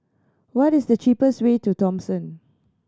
what is the cheapest way to Thomson